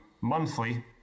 monthly